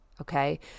okay